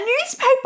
newspaper